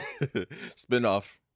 Spinoff